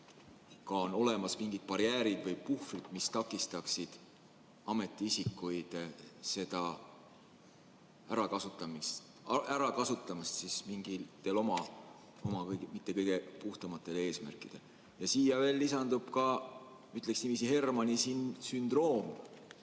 Kas on olemas mingid barjäärid või puhvrid, mis takistaksid ametiisikutel seda ära kasutamast mingitel oma mitte kõige puhtamatel eesmärkidel? Siia lisandub ka, ütleksin niiviisi, Hermani sündroom,